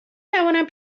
توانم